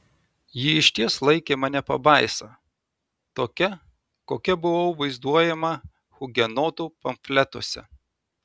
ji išties laikė mane pabaisa tokia kokia buvau vaizduojama hugenotų pamfletuose